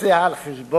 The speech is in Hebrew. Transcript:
מתבצע על חשבון